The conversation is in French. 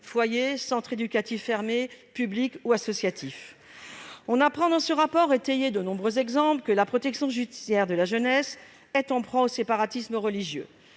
foyers, centres éducatifs fermés, publics ou associatifs. On apprend dans ce rapport, étayé de nombreux exemples, que la protection judiciaire de la jeunesse (PJJ) est en proie au séparatisme religieux.